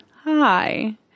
hi